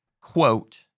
quote